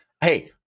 hey